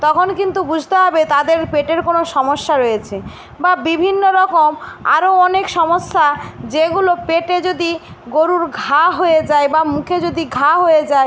তখন কিন্তু বুঝতে হবে তাদের পেটের কোনো সমস্যা রয়েছে বা বিভিন্ন রকম আরও অনেক সমস্যা যেগুলো পেটে যদি গোরুর ঘা হয়ে যায় বা মুখে যদি ঘা হয়ে যায়